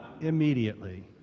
immediately